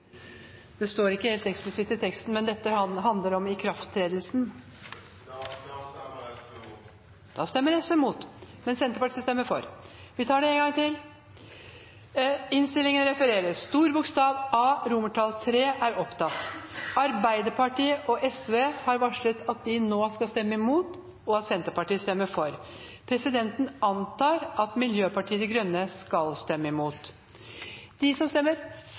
Det står ikke helt eksplisitt i teksten, men dette handler om ikrafttredelsen. Sosialistisk Venstreparti skal da stemme imot. Da stemmer Sosialistisk Venstreparti imot – og Senterpartiet stemmer for. Det voteres altså nå over A, III. Arbeiderpartiet og Sosialistisk Venstreparti har varslet at de skal stemme imot, og Senterpartiet vil stemme for. Presidenten antar at Miljøpartiet De Grønne skal stemme imot.